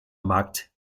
markt